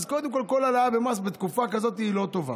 אז קודם כול כל העלאה במס בתקופה כזאת היא לא טובה,